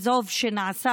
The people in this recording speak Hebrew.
וטוב שנעשה,